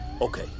Okay